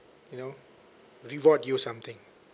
you know reward you something